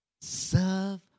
serve